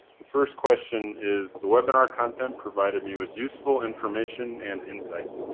the first question is the webinar content provided me with useful information and insight.